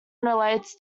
relates